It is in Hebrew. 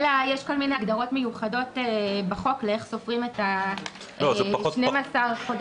יש כל מיני הגדרות מיוחדות בחוק איך סופרים את 12 החודשים.